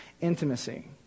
intimacy